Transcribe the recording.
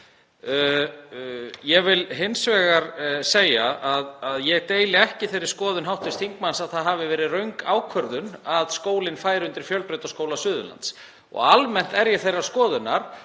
Ég vil hins vegar segja að ég deili ekki þeirri skoðun hv. þingmanns að það hafi verið röng ákvörðun að skólinn færi undir Fjölbrautaskóla Suðurlands. Almennt er ég þeirrar skoðunar